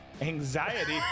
Anxiety